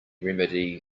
remedy